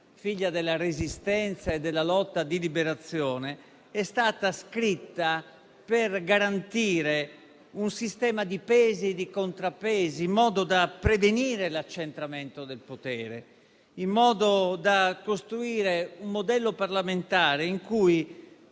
figlia della Resistenza e della lotta di liberazione, è stata scritta per garantire un sistema di pesi e contrappesi, in modo da prevenire l'accentramento del potere, in modo da costruire un modello parlamentare in cui